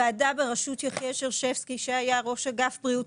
ועדה בראשות יחיאל שרשבסקי שהיה ראש אגף בריאות